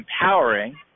empowering